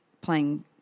playing